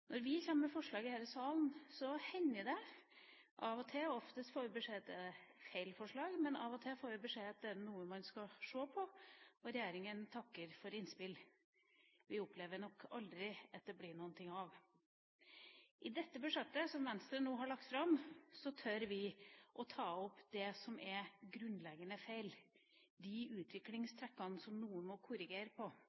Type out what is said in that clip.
Når vi kommer med forslag i denne salen, hender det av og til – oftest får vi beskjed om at det er feil forslag – at vi får beskjed om at det er noe man skal se på, og at regjeringa takker for innspill. Vi opplever nok aldri at det blir noe av. I budsjettet som Venstre nå har lagt fram, tør vi å ta opp det som er grunnleggende feil – de